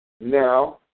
Now